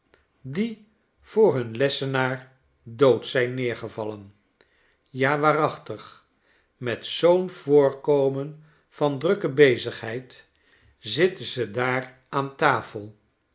die voor hun lessenaar dood zijn neergevallen ja waarachtig met zoo'n voorkomen van drukke bezigheid zitten ze daar aan tafel